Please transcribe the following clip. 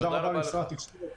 תודה רבה למשרד התקשורת.